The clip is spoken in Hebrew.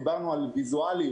דיברנו על ויזואליות,